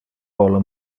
vole